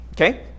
okay